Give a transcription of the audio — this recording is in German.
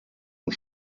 und